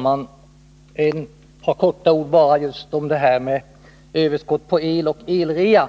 Herr talman! Ett par ord om överskottet på el och om elrean.